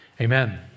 amen